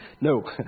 No